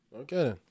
Okay